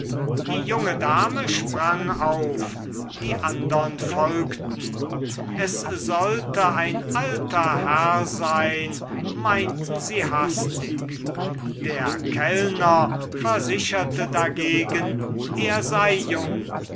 die junge dame sprang auf die andern folgten es sollte ein alter herr sein meinten sie hastig der kellner versicherte dagegen er sei jung